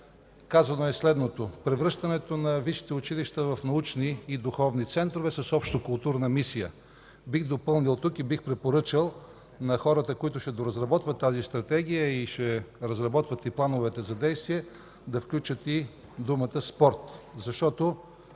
казано е следното: „Превръщането на висшите училища в научни и духовни центрове с общокултурна мисия”. Бих допълнил тук и бих препоръчал на хората, които ще доразработват тази стратегия и ще разработват и плановете за действие да включат и думата „спорт”, защото